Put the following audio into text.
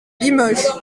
limoges